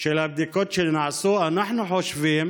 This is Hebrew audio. של בדיקות שנעשו, אנחנו חושבים